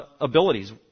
Abilities